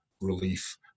relief